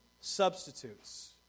substitutes